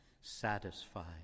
satisfied